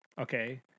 okay